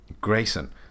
Grayson